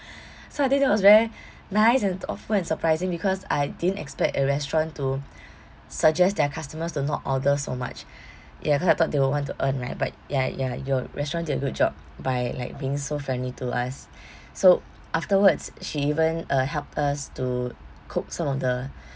so I think that was very nice and thoughtful and surprising because I didn't expect a restaurant to suggest their customers to not order so much ya cause I thought they will want to earn right but ya ya your restaurant did a good job by like being so friendly to us so afterwards she even uh helped us to cook some of the